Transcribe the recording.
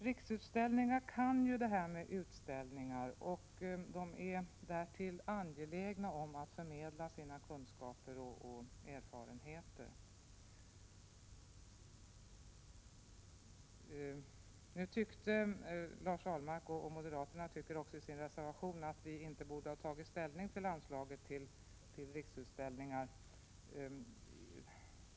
Riksutställningar kan ju detta med utställningar, och man är därtill angelägen om att förmedla sina kunskaper och erfarenheter. Lars Ahlmark, och moderaternaii sin reservation, tycker att vi inte borde ha tagit ställning till anslaget till Riksutställningar.